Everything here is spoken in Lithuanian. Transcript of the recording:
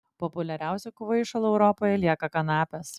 populiariausiu kvaišalu europoje lieka kanapės